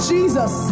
Jesus